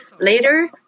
Later